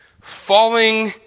falling